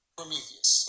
Prometheus